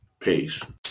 Peace